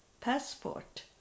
passport